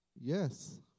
Yes